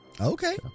okay